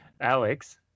Alex